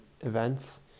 events